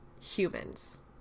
humans